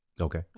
okay